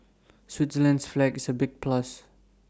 Switzerland's flag is A big plus